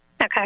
Okay